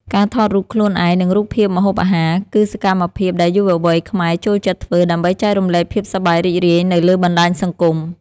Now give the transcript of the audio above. ការថតរូបខ្លួនឯង និងរូបភាពម្ហូបអាហារ គឺសកម្មភាពដែលយុវវ័យខ្មែរចូលចិត្តធ្វើដើម្បីចែករំលែកភាពសប្បាយរីករាយនៅលើបណ្តាញសង្គម។